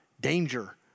danger